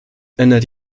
ändert